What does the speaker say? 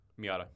Miata